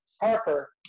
Harper